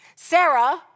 Sarah